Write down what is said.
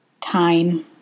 Time